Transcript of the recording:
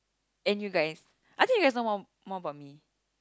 and you guys I think you guys know more more about me